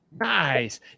Nice